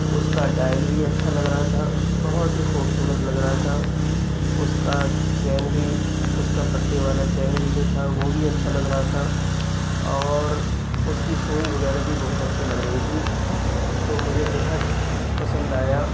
اس کا ڈائیل بھی اچھا لگ رہا تھا بہت ہی خوبصورت لگ رہا تھا اس کا چین بھی اس کے پٹے والا چین بھی جو تھا وہ بھی اچھا لگ رہا تھا اور اس کی سوئی وغیرہ بھی بہت اچھی لگ رہی تھی تو مجھے بے حد پسند آیا